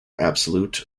absolute